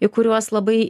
į kuriuos labai